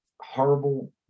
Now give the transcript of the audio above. horrible